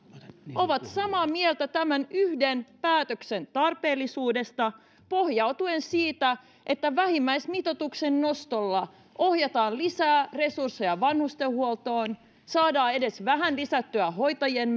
ovat samaa mieltä tämän yhden päätöksen tarpeellisuudesta pohjautuen siihen että vähimmäismitoituksen nostolla ohjataan lisää resursseja vanhustenhuoltoon saadaan edes vähän lisättyä hoitajien